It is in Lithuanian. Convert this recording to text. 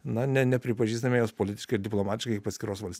na ne nepripažįstame jos politiškai ir diplomatiškai atskiros valstybės